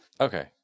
Okay